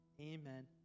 Amen